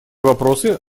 вопросы